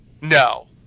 no